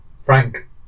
Frank